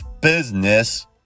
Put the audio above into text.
business